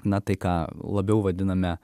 na tai ką labiau vadiname